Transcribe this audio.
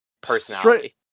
personality